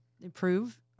improve